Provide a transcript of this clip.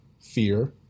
fear